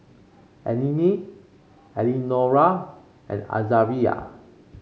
Eleni Eleonora and Azaria